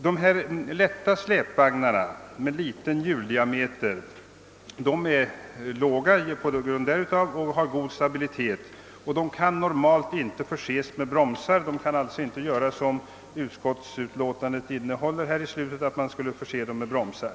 De lätta släpvagnarna med liten hjuldiameter är låga och har god stabilitet. De kan normalt inte, såsom utskottet förutsätter i slutet av utlåtandet, förses med bromsar.